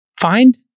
find